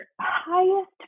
highest